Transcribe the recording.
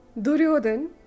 Duryodhan